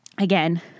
again